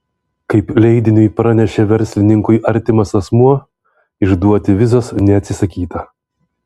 kaip leidiniui pranešė verslininkui artimas asmuo išduoti vizos neatsisakyta